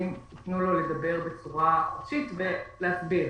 אם ייתנו לו לדבר בצורה חופשית ולהסביר.